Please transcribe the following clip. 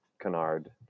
canard